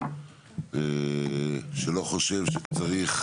שלא חושב שצריך